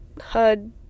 HUD